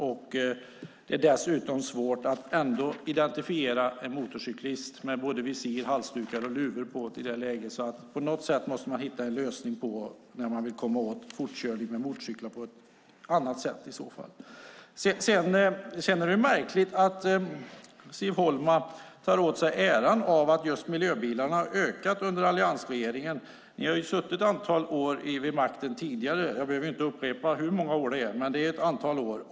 Dessutom är det ändå svårt att identifiera en motorcyklist som har både visir, halsduk och luva på. I så fall måste man hitta en annan lösning för att komma åt fortkörning med motorcyklar. Det är märkligt att Siv Holma tar åt sig äran av att antalet miljöbilar har ökat under alliansregeringen. Ni har ju suttit ett antal år vid makten tidigare. Jag behöver inte upprepa hur många år det är, men det är ett antal år.